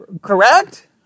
correct